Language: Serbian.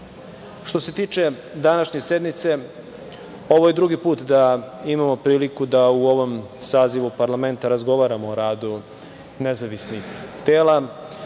se tiče današnje sednice, ovo je drugi put da imamo priliku da u ovom Sazivu parlamenta razgovaramo o radu nezavisnih tela.